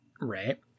right